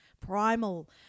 primal